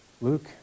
Luke